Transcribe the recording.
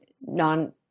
non